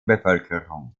bevölkerung